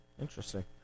Interesting